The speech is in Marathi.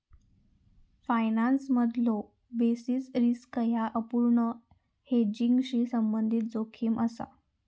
फायनान्समधलो बेसिस रिस्क ह्या अपूर्ण हेजिंगशी संबंधित जोखीम असा